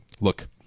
Look